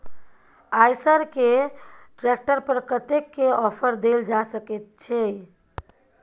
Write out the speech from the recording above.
आयसर के ट्रैक्टर पर कतेक के ऑफर देल जा सकेत छै?